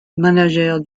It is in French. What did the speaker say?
manager